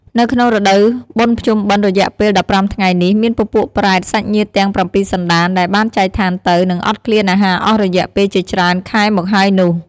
នៅក្នុងរដូវបុណ្យភ្ជុំបិណ្ឌរយៈពេល ១៥ថ្ងៃនេះមានពពួកប្រេត សាច់ញាតិទាំងប្រាំពីរសណ្ដាន ដែលបានចែកឋានទៅ និងអត់ឃ្លានអាហារអស់រយៈពេលជាច្រើនខែមកហើយនោះ។